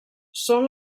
són